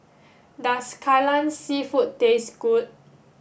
does Kai Lan seafood taste good